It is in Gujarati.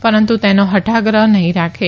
પરંતુ તેનો હઠાગ્રહ નહી રાખે